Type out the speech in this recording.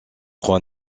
trois